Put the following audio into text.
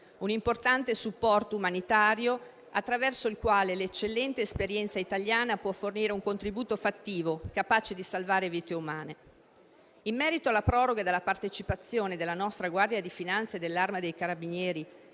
un importante supporto umanitario, attraverso il quale l'eccellente esperienza italiana può fornire un contributo fattivo, capace di salvare vite umane. In merito alla proroga della partecipazione della nostra Guardia di finanza e dell'Arma dei carabinieri